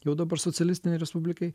jau dabar socialistinei respublikai